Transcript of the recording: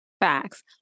Facts